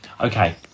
Okay